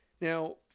Now